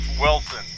Wilson